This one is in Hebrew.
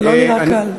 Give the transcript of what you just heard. זה לא נראה קל.